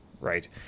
right